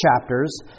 chapters